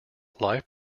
live